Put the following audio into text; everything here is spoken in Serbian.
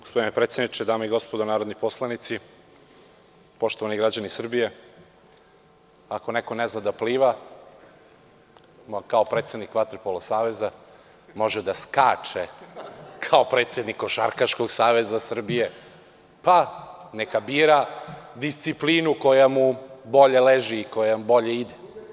Gospodine predsedniče, dame i gospodo narodni poslanici, poštovani građani Srbije, ako neko ne zna da pliva, kao predsednik Vaterpolo saveza, može da skače kao predsednik Košarkaškog saveza Srbije, pa neka bira disciplinu koja mu bolje leži i koja mu bolje ide.